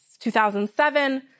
2007